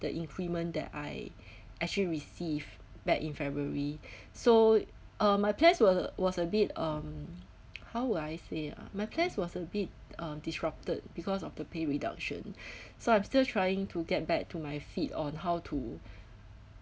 the increment that I actually receive back in february so uh my plans were was a bit um how will I say ah my plans was a bit uh disrupted because of the pay reduction so I'm still trying to get back to my feet on how to